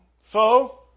foe